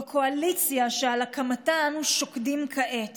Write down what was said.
בקואליציה שעל הקמתה אנו שוקדים כעת